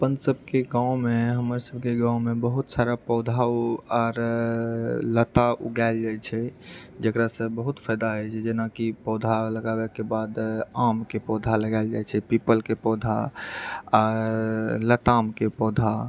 हमसबकेँ गाँवमे हमरसबकेँ गाँवमे बहुत सारा पौधा आर लता उगाएल जाइत छै जकरासँ बहुत फायदा होइत छै जेनाकी पौधा लगाबैके बाद आमके पौधा लगाएल जाइत छै पीपलके पौधा आर लतामके पौधा